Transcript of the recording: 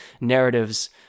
narratives